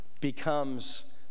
becomes